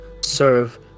serve